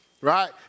right